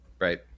Right